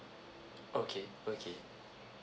okay okay